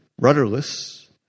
rudderless